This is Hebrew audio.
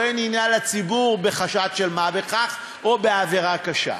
אין עניין לציבור בחשד של מה בכך או בעבירה קשה.